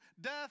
death